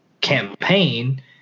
campaign